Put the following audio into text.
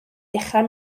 dechrau